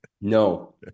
No